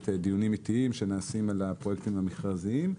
דיונים עתיים שנעשים על הפרויקטים המכרזיים,